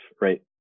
right